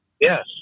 Yes